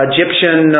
Egyptian